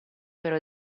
però